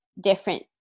different